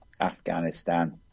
Afghanistan